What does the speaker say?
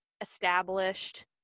established